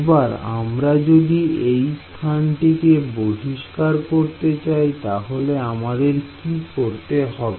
এবার আমরা যদি এই স্থানটিকে বহিষ্কার করতে চাই তাহলে আমাদের কি করতে হবে